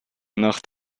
nach